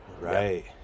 right